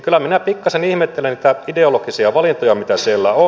kyllä minä pikkasen ihmettelen näitä ideologisia valintoja mitä siellä on